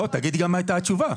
לא, תגידי גם מה הייתה התשובה.